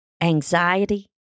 anxiety